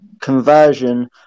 conversion